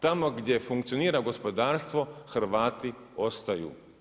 Tamo gdje funkcionira gospodarstvo Hrvati ostaju.